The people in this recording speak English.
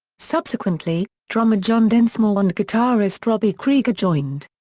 subsequently, drummer john densmore and guitarist robby krieger joined.